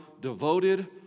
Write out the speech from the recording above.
devoted